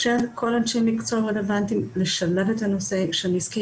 שכל אנשי המקצוע הרלוונטיים ישולבו בנושא של נזקי